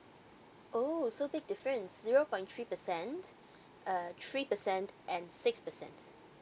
oh so big difference zero point three percent uh three percent and six percent